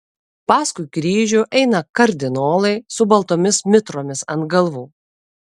paskui kryžių eina kardinolai su baltomis mitromis ant galvų